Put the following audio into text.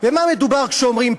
במה מדובר כשאומרים "פליט",